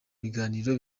ibiganiro